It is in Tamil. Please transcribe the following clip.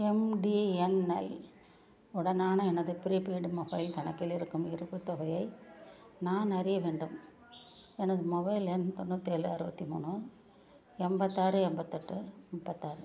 எம்டிஎன்எல் உடனான எனது ப்ரீபெய்டு மொபைல் கணக்கில் இருக்கும் இருப்புத் தொகையை நான் அறிய வேண்டும் எனது மொபைல் எண் தொண்ணூத்தேழு அறுபத்தி மூணு எண்பத்தாறு எண்பத்தெட்டு முப்பத்தாறு